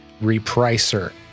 repricer